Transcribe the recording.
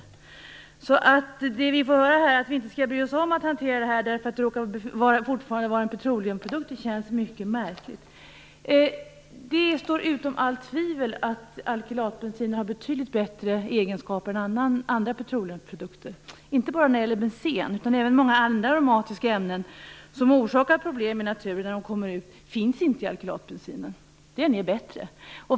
Det känns därför mycket märkligt när man nu får höra att vi inte skall bry oss om att hantera det här eftersom det råkar handla om en petroleumprodukt. Det står utom allt tvivel att alkylatbensinen har betydligt bättre egenskaper än andra petroleumprodukter. Bensen och många andra aromatiska ämnen som orsakar problem när de kommer ut i naturen finns inte i alkylatbensinen. Den är bättre.